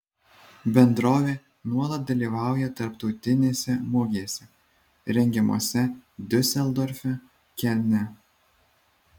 bendrovė nuolat dalyvauja tarptautinėse mugėse rengiamose diuseldorfe kelne